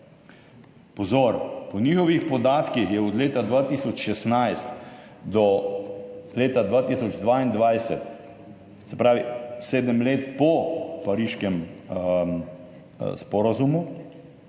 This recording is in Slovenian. Pozor, po njihovih podatkih je od leta 2016 do leta 2022, se pravi sedem let po Pariškem sporazumu,